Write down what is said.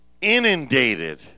inundated